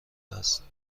است